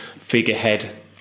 figurehead